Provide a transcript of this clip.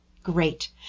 Great